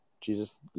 Jesus